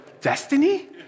Destiny